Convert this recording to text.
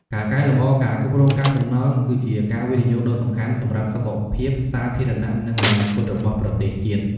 ការកែលម្អការគ្រប់គ្រងកាកសំណល់ គឺជាការវិនិយោគដ៏សំខាន់សម្រាប់សុខភាពសាធារណៈ និងអនាគតរបស់ប្រទេសជាតិ។